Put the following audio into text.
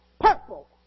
purple